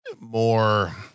more